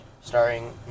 starring